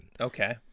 Okay